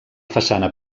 façana